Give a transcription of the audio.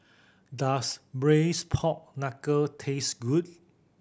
does Braised Pork Knuckle taste good